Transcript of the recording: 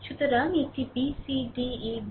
সুতরাং একটি b c d e b